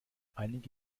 einige